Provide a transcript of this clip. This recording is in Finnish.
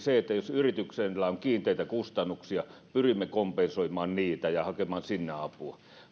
jos yrityksellä on kiinteitä kustannuksia pyrimme kompensoimaan niitä ja hakemaan sinne apua